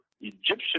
Egyptian